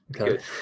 okay